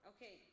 Okay